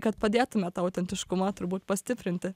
kad padėtume tą autentiškumą turbūt pastiprinti